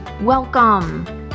Welcome